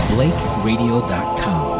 BlakeRadio.com